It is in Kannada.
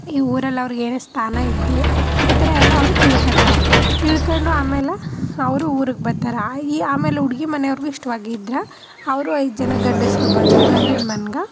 ಈ ಊರಲ್ಲಿ ಅವರಿಗೆ ಏನೇ ಸ್ಥಾನ ಇದ್ದು ಈ ಥರ ಎಲ್ಲ ಅವರು ತಿಳ್ಕೊಳ್ತಾರ ತಿಳ್ಕೊಂಡು ಆಮೇಲೆ ಅವರು ಊರಿಗೆ ಬರ್ತಾರೆ ಈ ಆಮೇಲೆ ಹುಡ್ಗಿ ಮನೆಯವ್ರಿಗೂ ಇಷ್ಟವಾಗಿದ್ರ ಅವರು ಐದು ಜನ ಗಂಡಸರು ಬಂದು ಗಂಡಿನ ಮನ್ಗ